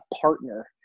partner